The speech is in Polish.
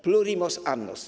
Plurimos annos!